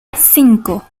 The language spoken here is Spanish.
cinco